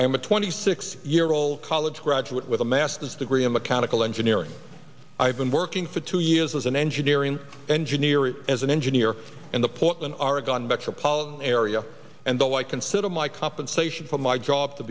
i'm a twenty six year old college graduate with a masters degree in mechanical engineering i've been working for two years as an engineering engineer as an engineer in the portland oregon metropolitan area and though i consider my compensation for my job to